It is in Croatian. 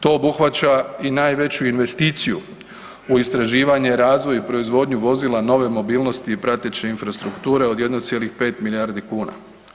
To obuhvaća i najveću investiciju u istraživanje, razvoj i proizvodnju vozila nove mobilnosti i prateće infrastrukture od 1,5 milijardi kuna.